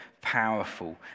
powerful